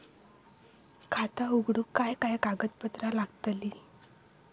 खाता उघडूक काय काय कागदपत्रा लागतली?